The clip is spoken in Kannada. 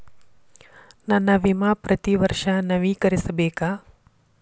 ನನ್ನ ವಿಮಾ ಪ್ರತಿ ವರ್ಷಾ ನವೇಕರಿಸಬೇಕಾ?